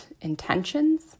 intentions